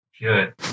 good